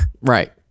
right